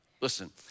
Listen